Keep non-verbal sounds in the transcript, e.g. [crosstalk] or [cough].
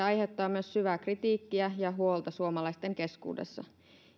[unintelligible] aiheuttaa myös syvää kritiikkiä ja huolta suomalaisten keskuudessa